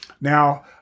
Now